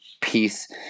peace